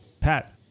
Pat